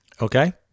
Okay